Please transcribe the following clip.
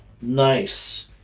Nice